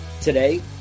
Today